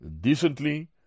decently